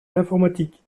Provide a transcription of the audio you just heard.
l’informatique